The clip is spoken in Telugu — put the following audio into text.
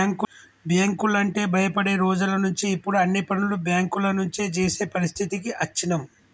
బ్యేంకులంటే భయపడే రోజులనుంచి ఇప్పుడు అన్ని పనులు బ్యేంకుల నుంచే జేసే పరిస్థితికి అచ్చినం